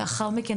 לאחר מכן,